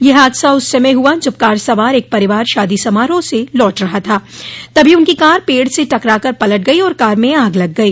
यह हादसा उस समय हुआ जब कार सवार एक परिवार शादी समारोह से लौट रहा था तभी रास्ते में उनकी कार पेड़ से टकरा कर पलट गई और कार में आग लग गई